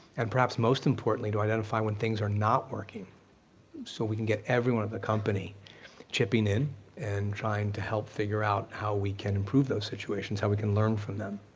and perhaps most importantly to identify when things are not working so we can get everyone in the company chipping in and trying to help figure out how we can improve those situations, how we can learn from them.